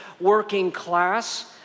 working-class